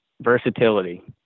versatility